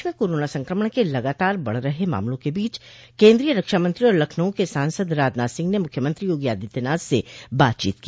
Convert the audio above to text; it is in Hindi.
प्रदेश में कोरोना संक्रमण के लगातार बढ़ रहे मामलों के बीच केन्द्रीय रक्षामंत्री और लखनऊ के सांसद राजनाथ सिंह ने मुख्यमंत्री योगी आदित्यनाथ से बातचीत की